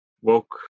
woke